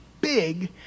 big